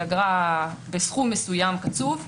היא אגרה בסכום מסוים קצוב,